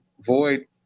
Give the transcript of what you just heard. void